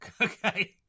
Okay